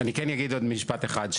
עוד משפט אחד.